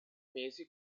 mesi